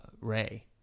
Ray